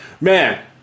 man